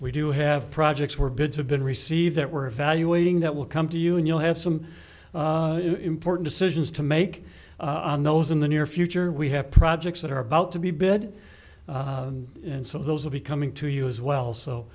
we do have projects where bids have been received that we're evaluating that will come to you and you'll have some important decisions to make on those in the near future we have projects that are about to be bed and so those will be coming to you as well so